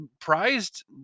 prized